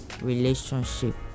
relationship